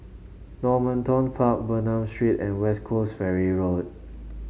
Normanton Park Bernam Street and West Coast Ferry Road